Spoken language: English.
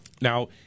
Now